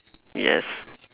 yes